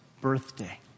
birthday